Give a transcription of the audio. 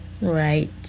Right